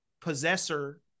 possessor